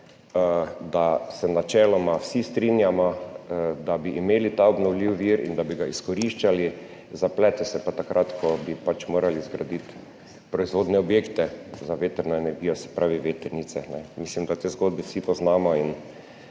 da se načeloma vsi strinjamo, da bi imeli ta obnovljiv vir in da bi ga izkoriščali, zaplete se pa takrat, ko bi morali zgraditi proizvodne objekte za vetrno energijo, se pravi vetrnice. Mislim, da te zgodbe vsi poznamo.